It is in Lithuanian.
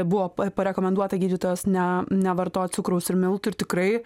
buvo pa parekomenduota gydytojos ne nevartot cukraus ir miltų ir tikrai